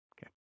Okay